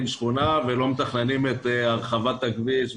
שכונה ולא מתכננים את הרחבת הכביש,